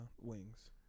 wings